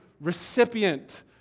recipient